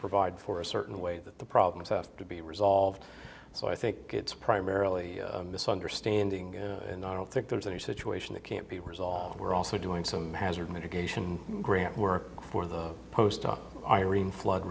provide for a certain way that the problems have to be resolved so i think it's primarily a misunderstanding and i don't think there's any situation that can't be resolved we're also doing some hazard mitigation grant work for the post op irene flood